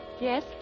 Yes